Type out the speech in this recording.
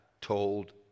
told